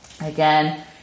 Again